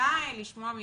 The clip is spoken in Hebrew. רוצה לשמוע מה